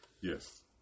Yes